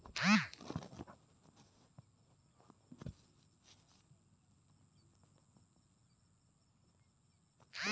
ಸೇಲ್ಯಾರ್ಡ್ಗಳು ಕುರಿ ಸಾಕಾಣಿಕೆ ಪ್ರದೇಶ್ದಲ್ಲಿ ಕಂಡು ಬರ್ತದೆ ಇದ್ರಲ್ಲಿ ಹಲ್ವಾರ್ ತಳಿ ನೊಡ್ಬೊದು